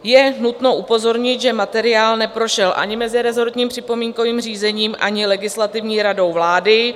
Je nutno upozornit, že materiál neprošel ani mezirezortním připomínkovým řízením ani Legislativní radou vlády.